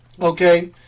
okay